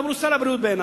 אבל הוא שר הבריאות בעיני,